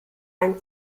ein